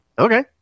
okay